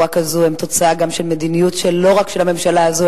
כזאת הם תוצאה גם של מדיניות שהיא לא רק של הממשלה הזאת,